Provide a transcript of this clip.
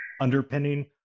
underpinning